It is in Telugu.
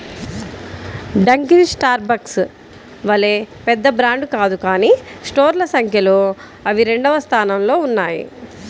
డంకిన్ స్టార్బక్స్ వలె పెద్ద బ్రాండ్ కాదు కానీ స్టోర్ల సంఖ్యలో అవి రెండవ స్థానంలో ఉన్నాయి